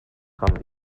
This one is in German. gramm